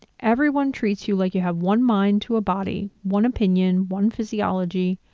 everyone treats you like you have one mind to a body, one opinion, one physiology.